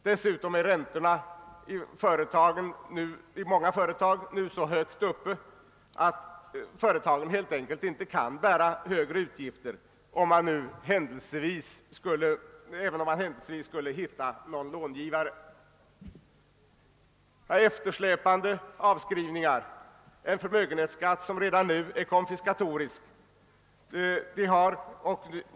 Dessutom är räntorna för många företag nu så höga att företagen helt enkelt inte kan bära högre utgifter, även om de händelsevis skulle finna någon långivare. Eftersläpande avskrivningar och en förmögenhetsskatt som redan nu är konfiskatorisk är andra inslag i bilden.